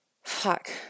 fuck